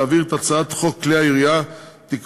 להעביר את הצעת חוק כלי הירייה (תיקון,